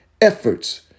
efforts